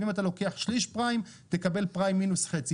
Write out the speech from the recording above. אם אתה לוקח שליש פריים תקבל פריים מינוס חצי,